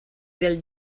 del